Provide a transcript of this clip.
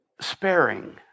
sparing